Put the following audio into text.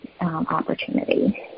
opportunity